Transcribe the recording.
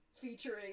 featuring